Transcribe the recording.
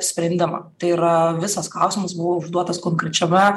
sprendimą tai yra visas klausimas buvo užduotas konkrečiame